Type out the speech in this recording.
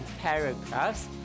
paragraphs